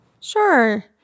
Sure